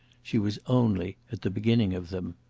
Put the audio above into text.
she was only at the beginning of them.